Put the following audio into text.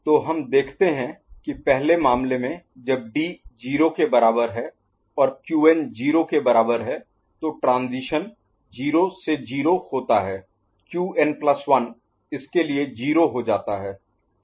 तो हम देखते हैं कि पहले मामले में जब डी 0 के बराबर है और क्यूएन 0 के बराबर है तो ट्रांजीशन 0 से 0 होता है क्यूएन प्लस 1 Qn1 इसके लिए 0 हो जाता है